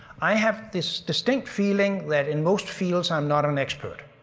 i have this distinct feeling that in most fields i'm not an expert.